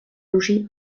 loger